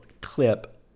clip